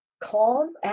calm